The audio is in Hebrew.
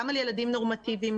גם על ילדים נורמטיביים,